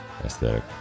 aesthetic